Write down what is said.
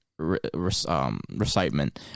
recitement